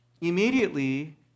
Immediately